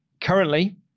currently